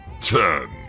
Ten